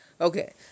Okay